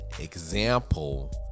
example